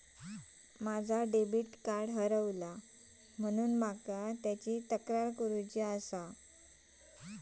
माका माझो debit card गहाळ झाल्याची तक्रार करुची आसा